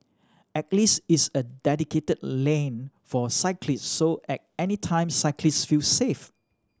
at least it's a dedicated lane for cyclist so at any time cyclist feel safe